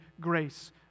grace